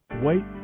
Wait